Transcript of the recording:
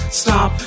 stop